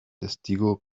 testigo